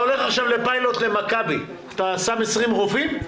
הולך עכשיו לפיילוט למכבי אתה שם 20 רופאים?